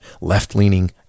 left-leaning